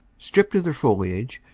stripped of their foliage,